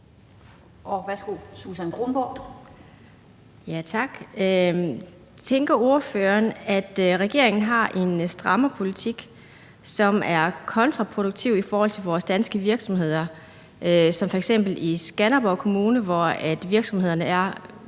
Tænker ordføreren, at regeringen har en strammerpolitik, som er kontraproduktiv i forhold til vores danske virksomheder som for eksempel i Skanderborg Kommune, hvor virksomhederne er